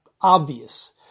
obvious